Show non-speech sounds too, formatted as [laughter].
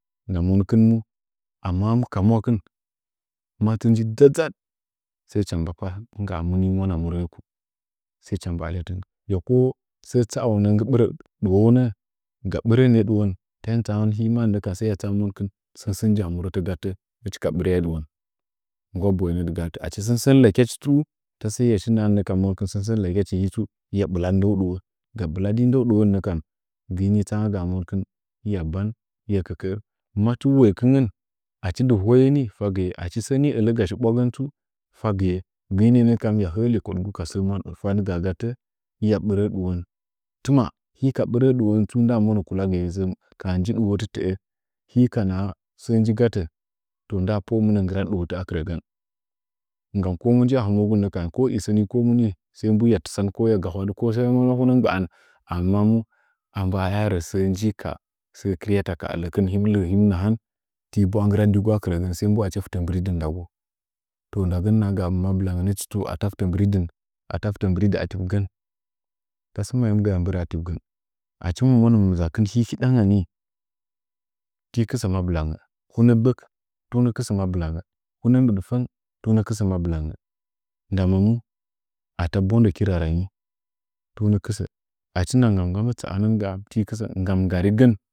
Ka monkin amma ka monkin, mata nji dʒadʒad fagichi muni mwanə muwəku hɨcha mba alyatin kɨn yako səə tsaaunə nggɨ bɨrə ɗɨwounə gaɓirə’ən ye nəja ta hin tsanma mankin sən səə jaa murətə gattə hichi ka ɓɨryaai dɨwon, nggwa boye nə dɨgahatə, achi sən latyachi tsu tasaiya shi nahannəkan sən səə lakyarichu hɨtsu hɨya ɓiladɨ ndong dɨwo gɨini tsamagaa monkɨn hɨya ban hɨya kəkə’ə, mati woikɨngən achi səni dɨ hoye ni fagɨye achi səni ələga shiɓnagən tsu fagɨye nənəən gən nəkam hiya həə lekodgu ka səə tangaa gatə hiya ɓirəəduwon tɨma’a hiya ɓɨrəə dɨwon tsu nda monə kʊagɨye sən ka nji dɨwotə təə, mika kanaha səə nji gatə, nda polo nggɨrad dəwotəa kɨrəgən nggam ko mujia hɨmwagu nəkam ko tsə ni ko mumu ni sai mbu hiya tisan ko ya gahwadɨ, ko hunəma huna ngbaiu a mba mu atriba rəsəə kɨryata ka ələkin him rə him nahan, tibwa’a nggɨraddigwa akirə sai mbu achi fɨtə mbɨridɨn ndagu, to ndagən nahan gaa mabɨlanjən hɨchi tsu ala fɨtə bɨrida ativigən taɓə ayam mbɨra akɨrəgən, nʒakin hiɗanga ni ti kɨsə mabɨangə, hunə mɨdfəng ti kɨsə mabɨlangə ndama mu ata bondəki rarangyi timə kɨsə achi nda nggaminggamə tsaanəngaa tuməkɨsə. [unintelligible]